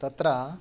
तत्र